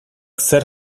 zer